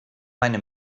meine